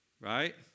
right